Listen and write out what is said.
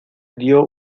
dió